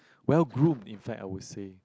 well groom in fact I would say